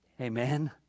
Amen